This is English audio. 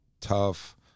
tough